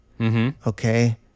Okay